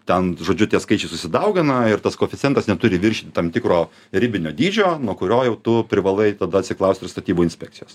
ten žodžiu tie skaičiai susidaugina ir tas koeficientas neturi viršyti tam tikro ribinio dydžio nuo kurio jau tu privalai tada atsiklaust ir statybų inspekcijos